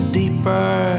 deeper